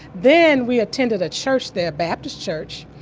then we attended a church there, baptist church,